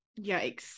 Yikes